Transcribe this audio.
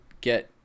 get